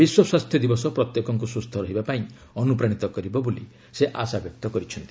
ବିଶ୍ୱ ସ୍ୱାସ୍ଥ୍ୟ ଦିବସ ପ୍ରତ୍ୟେକଙ୍କୁ ସୁସ୍ଥ ରହିବା ପାଇଁ ଅନ୍ତ୍ରପ୍ରାଣିତ କରିବ ବୋଲି ସେ ଆଶା ବ୍ୟକ୍ତ କରିଛନ୍ତି